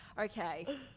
okay